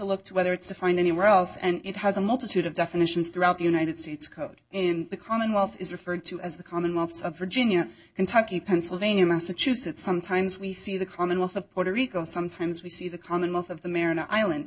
look to whether it's to find anywhere else and it has a multitude of definitions throughout the united states code and the commonwealth is referred to as the commonwealth of virginia kentucky pennsylvania massachusetts sometimes we see the commonwealth of puerto rico sometimes we see the commonwealth of the marin island